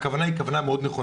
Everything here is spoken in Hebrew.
הכוונה נכונה מאוד.